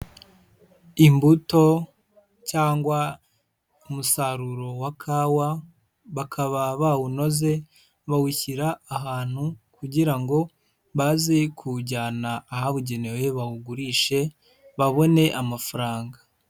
Imbuto cyangwa umusaruro wa kawa, bakaba bawunoze bawushyira ahantu kugira ngo baze kuwujyana ahabugenewe bawugurishe babone amafaranga.